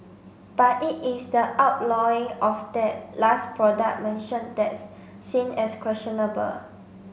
but it is the outlawing of that last product mentioned that's seen as questionable